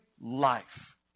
life